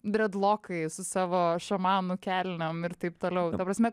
bredlokai su savo šamanų kelnėm ir taip toliau ta prasme